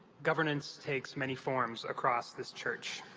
governance takes many forms across this church.